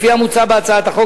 לפי המוצע בהצעת החוק,